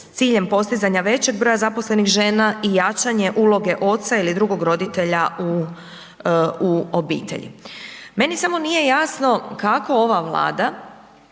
ciljem postizanja većeg broja zaposlenih žena i jačanje uloge oca ili drugog roditelja u obitelji. Meni samo nije jasno kako ova Vlada